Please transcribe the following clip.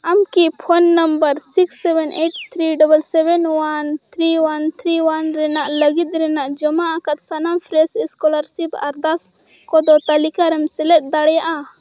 ᱟᱢ ᱠᱤ phone number six seven eight seven double seven one three one three one ᱨᱮᱱᱟᱜ ᱞᱟᱹᱜᱤᱫ ᱨᱮᱱᱟᱜ ᱡᱚᱢᱟ ᱟᱠᱟᱫ ᱥᱟᱱᱟᱢ ᱯᱷᱨᱮᱥ ᱤᱥᱠᱚᱞᱟᱨᱥᱤᱯ ᱟᱨᱫᱟᱥ ᱠᱚᱫᱚ ᱛᱟᱹᱞᱤᱠᱟᱨᱮᱢ ᱥᱮᱞᱮᱫ ᱫᱟᱲᱮᱭᱟᱜᱼᱟ